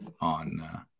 on